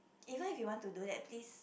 even if you want to do that please